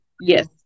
Yes